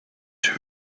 too